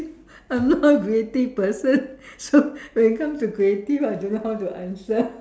I'm not a creative person so when it comes to creative I don't know how to answer